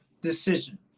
decision